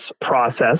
process